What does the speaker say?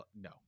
no